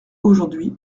aujourd’hui